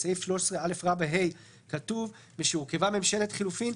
בסעיף 13א(ה) כתוב "משהורכבה ממשלת חילופים,